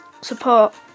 Support